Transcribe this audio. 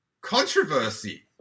controversy